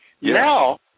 Now